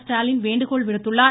ஸ்டாலின் வேண்டுகோள் விடுத்துள்ளார்